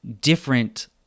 different